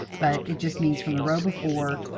but it just means, from the row before,